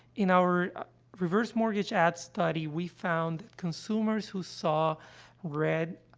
in our reverse mortgage ad study, we found consumers who saw red,